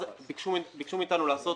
אז ביקשו מאתנו לעשות